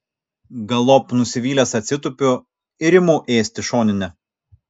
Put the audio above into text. galop nusivylęs atsitupiu ir imu ėsti šoninę